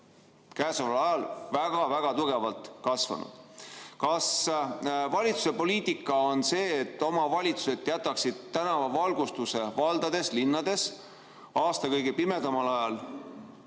käesoleval ajal väga-väga tugevalt kasvanud. Kas valitsuse poliitika on see, et omavalitsused jätaksid tänavavalgustuse valdades-linnades aasta kõige pimedamal ajal